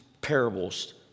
parables